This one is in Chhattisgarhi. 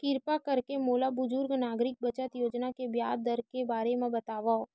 किरपा करके मोला बुजुर्ग नागरिक बचत योजना के ब्याज दर के बारे मा बतावव